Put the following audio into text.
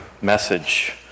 message